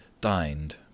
dined